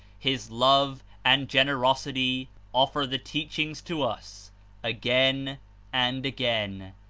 his love and generosity offer the teachings to us again and again.